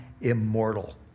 immortal